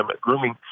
Grooming